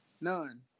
none